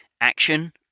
action